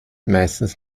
meistens